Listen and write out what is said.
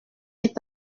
est